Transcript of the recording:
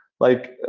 like,